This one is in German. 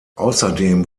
außerdem